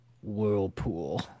Whirlpool